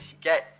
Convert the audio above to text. get